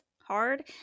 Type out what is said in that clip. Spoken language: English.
hard